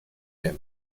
بهم